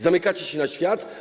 Zamykacie się na świat?